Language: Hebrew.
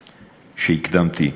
שהקדמתי.